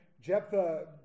Jephthah